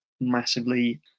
massively